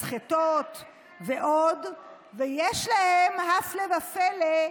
מסחטות ועוד, ויש להם, הפלא ופלא,